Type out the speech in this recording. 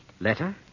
Letter